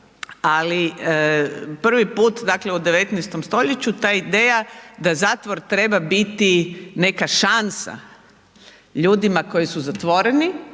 ali prvi put dakle u 19. st. ta ideja da zatvor treba biti neka šansa ljudima koji su zatvoreni,